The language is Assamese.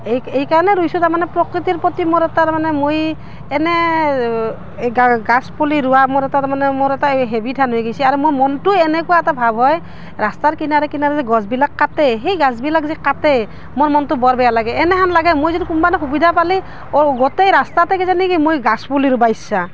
এই এইকাৰণে ৰুইছোঁ তাৰ মানে প্ৰকৃতিৰ প্ৰতি মোৰ এটা তাৰ মানে মই এনে এই গা গছ পুলি ৰোৱা মোৰ এটা তাৰ মানে মোৰ এটা এই হেবিট হান হৈ গৈছে আৰু মোৰ মনটো এনেকুৱা এটা ভাব হয় ৰাস্তাৰ কিনাৰে কিনাৰে গছবিলাক কাটে সেই গছবিলাক যে কাটে মোৰ মনটো বৰ বেয়া লাগে এনেকুৱা লাগে মই যদি কোনোবা দিনা সুবিধা পালে গোটেই ৰাস্তাতে কিজানি কি মই গছ পুলি ৰোব ইচ্ছা